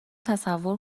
تصور